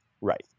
Right